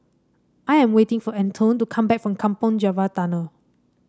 I am waiting for Antone to come back from Kampong Java Tunnel